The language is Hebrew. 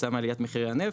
כתוצאה מעליית מחירי הנפט,